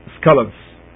scholars